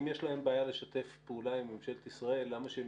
אם יש להם בעיה לשתף פעולה עם ממשלת ישראל למה שהם